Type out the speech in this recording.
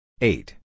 Eight